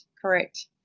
correct